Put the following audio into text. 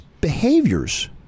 behaviors